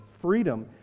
Freedom